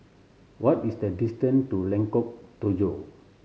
what is the distance to Lengkok Tujoh